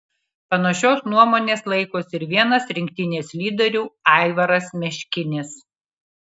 panašios nuomonės laikosi ir vienas rinktinės lyderių aivaras meškinis